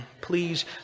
please